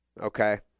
okay